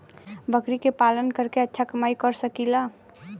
बकरी के पालन करके अच्छा कमाई कर सकीं ला?